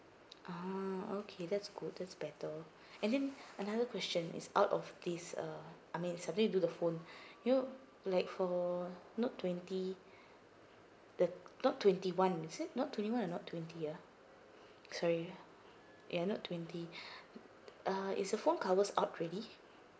ah okay that's good that's better and then another question is out of this uh I mean suddenly do the phone you know like for note twenty the note twenty one is it note twenty one or note twenty ah sorry ya note twenty uh is the phone covers out already